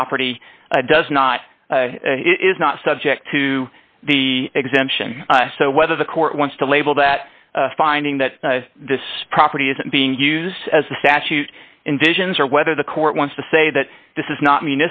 property does not is not subject to the exemption so whether the court wants to label that finding that this property is being used as a statute in visions or whether the court wants to say that this is not m